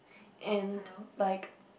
and like